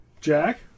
Jack